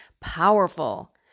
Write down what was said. powerful